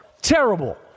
terrible